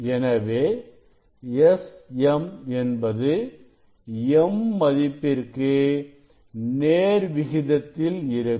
எனவே Sm என்பது m மதிப்பிற்கு நேர்விகிதத்தில் இருக்கும்